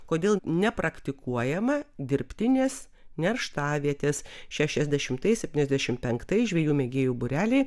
kodėl nepraktikuojama dirbtinės nerštavietės šešiasdešimtais septyniasdešimt penktais žvejų mėgėjų būreliai